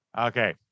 Okay